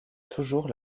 toujours